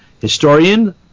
historian